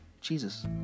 Jesus